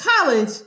college